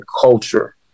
culture